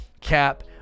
Cap